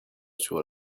sur